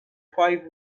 five